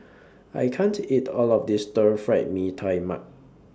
I can't eat All of This Stir Fried Mee Tai Mak